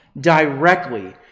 directly